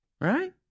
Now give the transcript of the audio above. Right